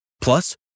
plus